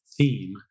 theme